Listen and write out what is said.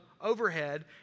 overhead